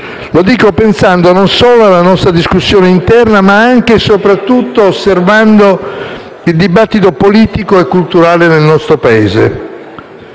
Lo dico pensando non solo alla nostra discussione interna, ma anche e soprattutto osservando il dibattito politico e culturale nel nostro Paese.